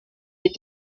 est